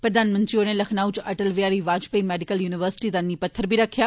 प्रधानमंत्री होरें लखनऊ च अटल बिहारी वाजपेई मैडिकल यूनिविर्सिटी दा नींह् पत्थर बी रक्खेआ